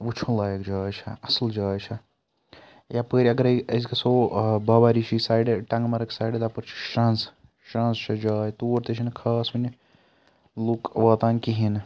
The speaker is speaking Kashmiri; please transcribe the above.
وٕچھُن لایق جاے چھَ اَصل جاے چھےٚ یَپٲرۍ اَگَرے أسۍ گَژھو بابا رِشی سایڈٕ ٹَنٛگ مرٕگ سایڈٕ تَپٲرۍ چھُ شرنٛز شرنٛز چھےٚ جاے تور تہِ چھُ نہٕ خاص وٕنہِ لُک واتان کِہیٖنۍ نہٕ